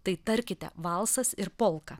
tai tarkite valsas ir polka